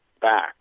back